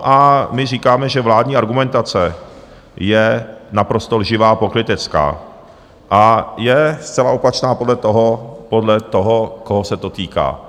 A my říkáme, že vládní argumentace je naprosto lživá a pokrytecká a je zcela opačná podle toho, koho se to týká.